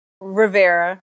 Rivera